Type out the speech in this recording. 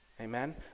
amen